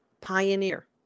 pioneer